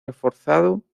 reforzado